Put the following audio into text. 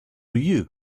you